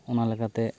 ᱚᱱᱟ ᱞᱮᱠᱟᱛᱮ